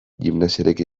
gimnasiarik